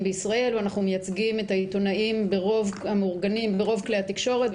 בישראל ואנחנו מייצגים את העיתונאים המאורגנים ברוב כלי התקשורת,